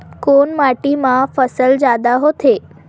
कोन माटी मा फसल जादा होथे?